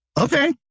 Okay